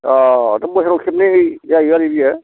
अ' बोसोराव खेबनै होयो जाहैयो आरो बेयो